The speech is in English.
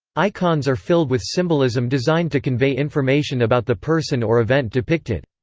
icons are filled with symbolism designed to convey information about the person or event depicted.